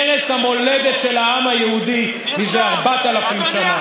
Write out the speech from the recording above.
ערש המולדת של העם היהודי מזה 4,000 שנה.